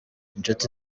inshuti